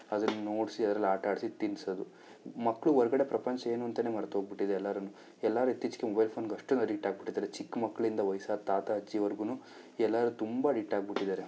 ಅದರ್ನ ನೋಡಿಸಿ ಅದ್ರಲ್ಲಿ ಆಟ ಆಡಿಸಿ ತಿನಿಸೋದು ಮಕ್ಳು ಹೊರ್ಗಡೆ ಪ್ರಪಂಚ ಏನು ಅಂತಲೇ ಮರೆತೋಗಿಬಿಟ್ಟಿದೆ ಎಲ್ಲರೂ ಎಲ್ಲರು ಇತ್ತೀಚೆಗೆ ಮೊಬೈಲ್ ಫೋನ್ಗೆ ಅಷ್ಟೊಂದು ಅಡಿಕ್ಟ್ ಆಗಿಬಿಟ್ಟಿದಾರೆ ಚಿಕ್ಕ ಮಕ್ಳಿಂದ ವಯಸ್ಸಾದ ತಾತ ಅಜ್ಜಿವರೆಗೂ ಎಲ್ಲರು ತುಂಬ ಅಡಿಕ್ಟ್ ಆಗಿಬಿಟ್ಟಿದಾರೆ